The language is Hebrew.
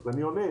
אז אני עונה.